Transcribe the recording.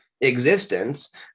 existence